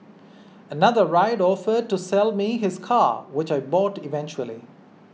another rider offered to sell me his car which I bought eventually